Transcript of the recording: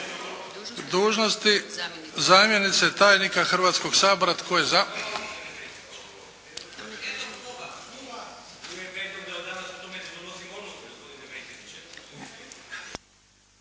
dužnosti zamjenice tajnika Hrvatskog sabora. Tko je za?